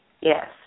yes